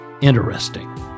interesting